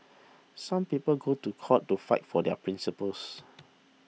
some people go to court to fight for their principles